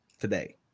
today